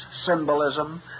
symbolism